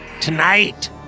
Tonight